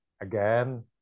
Again